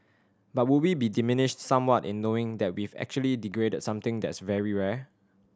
but would we be diminished somewhat in knowing that we've actually degraded something that's very rare